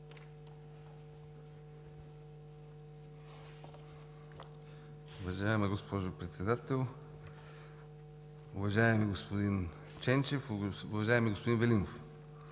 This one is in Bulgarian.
Уважаема госпожо Председател, уважаеми господин Ченчев, уважаеми господин Велинов!